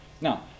Now